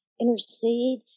intercede